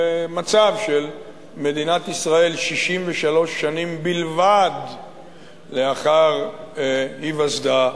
במצב של מדינת ישראל 63 שנים בלבד לאחר היווסדה,